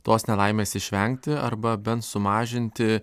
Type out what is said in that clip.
tos nelaimės išvengti arba bent sumažinti